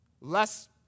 less